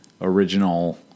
original